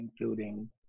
including